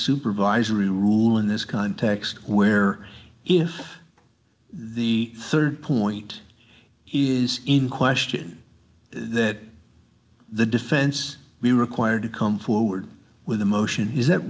supervisory rule in this context where if the rd point is in question that the defense we require to come forward with a motion is that